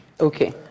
Okay